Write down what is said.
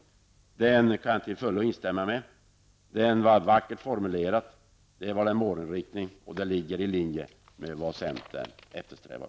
Det var vackert formulerat, det visar en målinriktning och det ligger i linje med vad vi i centern eftersträvar.